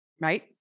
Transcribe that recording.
right